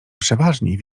przeważnie